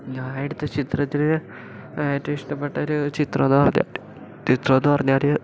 ഞാൻ എടുത്ത ചിത്രത്തിൽ ഏറ്റവും ഇഷ്ടപ്പെട്ട ഒരു ചിത്രം എന്ന് പറഞ്ഞാൽ ചിത്രം എന്ന് പറഞ്ഞാൽ